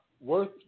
worth